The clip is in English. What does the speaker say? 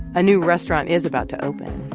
a new restaurant is about to open.